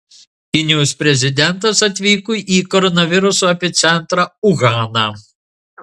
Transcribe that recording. kinijos prezidentas atvyko į koronaviruso epicentrą uhaną